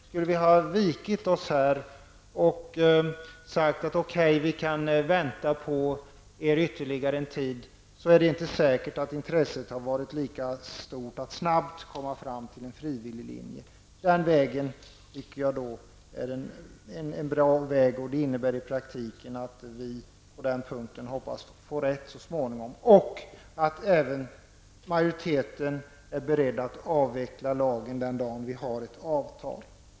Skulle vi ha vikit oss här och sagt att vi kan vänta ytterligare en tid, är det inte säkert att intresset hade varit lika stort för att snabbt komma fram till överenskommelse om en frivillig linje. Den vägen tycker jag är bra. Det innebär i praktiken att vi på den punkten så småningom kan få rätt och att även majoriteten är beredd att avveckla lagen den dag vi har ett avtal.